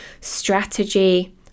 strategy